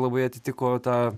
labai atitiko tą